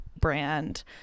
brand